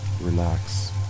Relax